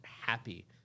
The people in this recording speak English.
happy